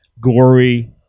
gory